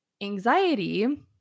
anxiety